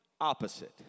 opposite